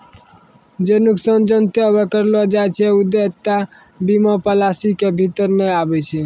जे नुकसान जानते हुये करलो जाय छै उ देयता बीमा पालिसी के भीतर नै आबै छै